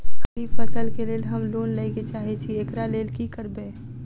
खरीफ फसल केँ लेल हम लोन लैके चाहै छी एकरा लेल की करबै?